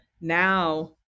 now